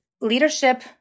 leadership